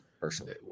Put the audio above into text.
personally